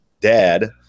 dad